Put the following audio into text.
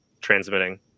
transmitting